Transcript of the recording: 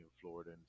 Florida